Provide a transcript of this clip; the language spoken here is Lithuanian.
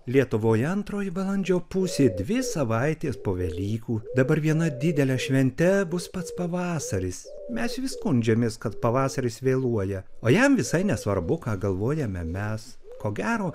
lietuvoje antroji balandžio pusė dvi savaitės po velykų dabar viena didele švente bus pats pavasaris mes vis skundžiamės kad pavasaris vėluoja o jam visai nesvarbu ką galvojame mes ko gero